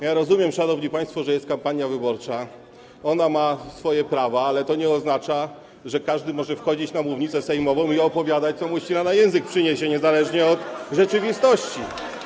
Ja rozumiem, szanowni państwo, że jest kampania wyborcza, ona ma swoje prawa, ale to nie oznacza, że każdy może wchodzić na mównicę sejmową i opowiadać, co mu ślina na język przyniesie, niezależnie od rzeczywistości.